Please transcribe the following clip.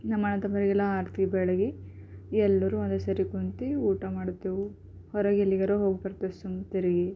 ನಮ್ಮ ಅಣ್ಣ ತಮ್ಮರಿಗೆಲ್ಲ ಆರತಿ ಬೆಳಗಿ ಎಲ್ಲರೂ ಅಲ್ಲಿ ಸರಿ ಕುಂತು ಊಟ ಮಾಡ್ತೇವೆ ಹೊರಗೆ ಎಲ್ಲಿಯರೆ ಹೋಗಿ ಬರ್ತೀವಿ ಸುಮ್ಮ ತಿರುಗಿ